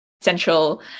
central